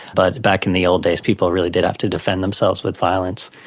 but back in the old days people really did have to defend themselves with violence.